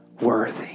worthy